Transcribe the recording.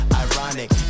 ironic